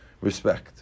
respect